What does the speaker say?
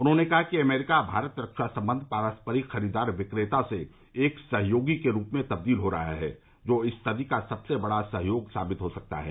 उन्हॉने कहा कि अमेरिका भारत रक्षा संबंध पारम्परिक ख़रीदार विक़ेता से एक सहयोगी के रूप में तब्दील हो रहा है जो इस सदी का सबसे बड़ा सहयोग साबित हो सकता है